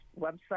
website